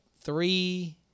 three